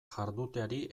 jarduteari